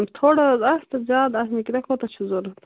تھوڑاحظ آسہٕ تہٕ زیادٕ آسہٕ نہٕ تۄہہِ کوٗتاہ چھُو ضروٗرت